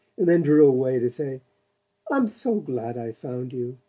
and then drew away to say i'm so glad i found you.